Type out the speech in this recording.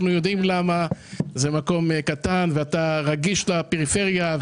זה מקום קטן ואתה רגיש לפריפריה.